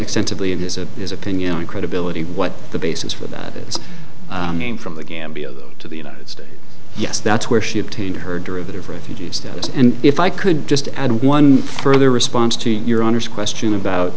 extensively in his opinion credibility what the basis for that is name from the gambia to the united states yes that's where she obtained her derivative refugee status and if i could just add one further response to your honor's question about